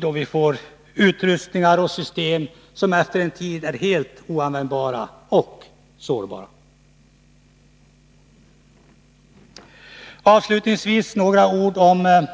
Då får vi utrustningar och system som efter en tid är helt oanvändbara och sårbara. Avslutningsvis några ord om